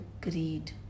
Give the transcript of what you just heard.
greed